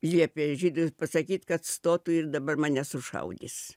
liepė žydui pasakyt kad stotų ir dabar mane sušaudys